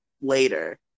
later